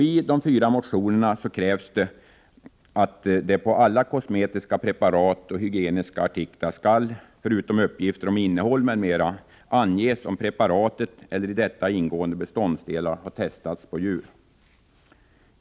I de fyra motionerna krävs att det på alla kosmetiska preparat och hygieniska artiklar skall — förutom uppgifter om innehåll m.m. — anges om preparatet eller i detta ingående beståndsdelar har testats på djur.